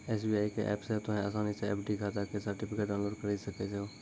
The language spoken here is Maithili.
एस.बी.आई के ऐप से तोंहें असानी से एफ.डी खाता के सर्टिफिकेट डाउनलोड करि सकै छो